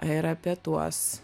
ir apie tuos